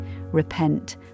repent